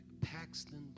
Paxton